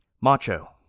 Macho